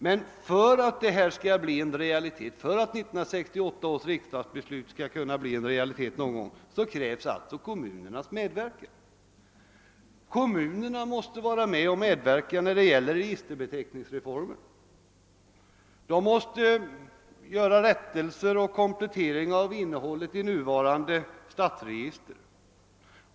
Men för att 1968 års riksdagsbeslut skall bli en realitet krävs alltså medverkan av kommunerna. De måste medverka när det gäller registerbeteckningsreformen. De måste göra rättelser och kompletteringar i nuvarande stadsregister.